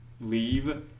leave